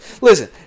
Listen